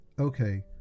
Okay